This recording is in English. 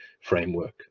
framework